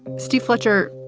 steve fletcher,